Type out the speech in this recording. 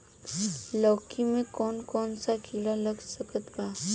लौकी मे कौन कौन सा कीड़ा लग सकता बा?